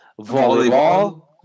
Volleyball